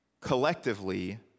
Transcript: Collectively